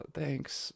thanks